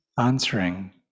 answering